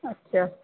अछा